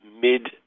mid